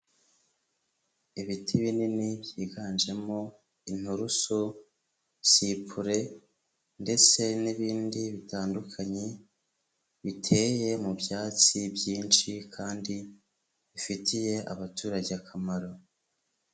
Ibiti binini, byiganjemo inturusu, sipure ndetse n'ibindi bitandukanye, biteye mu byatsi byinshi kandi bifitiye abaturage akamaro.